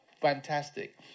fantastic